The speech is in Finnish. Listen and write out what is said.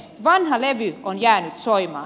vanha levy on jäänyt soimaan